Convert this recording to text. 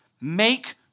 Make